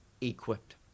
equipped